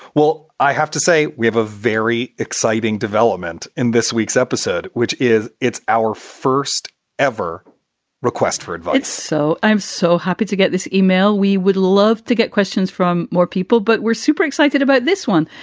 well, i have to say, we have a very exciting development in this week's episode, which is it's our first ever request for advice so i'm so happy to get this email. we would love to get questions from more people, but we're super excited about this one,